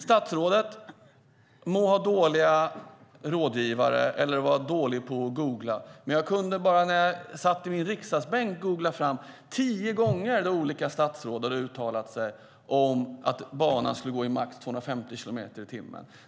Statsrådet må ha dåliga rådgivare eller vara dålig på att googla, men när jag satt i min riksdagsbänk och googlade fick jag fram tio träffar där olika statsråd hade uttalat sig om att banan skulle gå i max 250 kilometer i timmen.